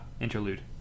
Interlude